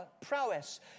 prowess